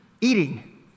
eating